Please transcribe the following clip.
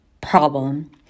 problem